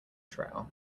trail